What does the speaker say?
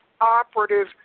operative